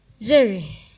jerry